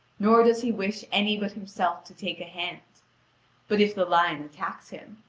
nor does he wish any but himself to take a hand but if the lion attacks him,